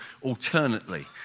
alternately